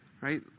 Right